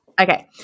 Okay